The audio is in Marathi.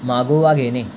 मागोवा घेणे